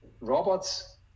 robots